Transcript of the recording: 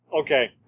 Okay